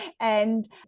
And-